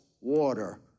water